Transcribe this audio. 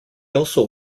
also